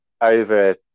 over